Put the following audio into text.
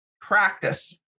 practice